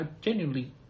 genuinely